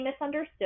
misunderstood